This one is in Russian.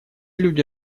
люди